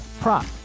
prop